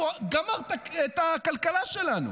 הוא גמר את הכלכלה שלנו.